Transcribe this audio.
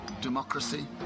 Democracy